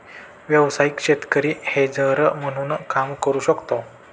व्यावसायिक शेतकरी हेजर म्हणून काम करू शकतो